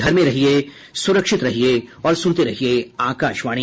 घर में रहिये सुरक्षित रहिये और सुनते रहिये आकाशवाणी